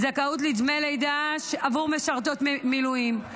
זכאות לדמי לידה עבור משרתות מילואים).